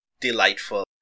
delightful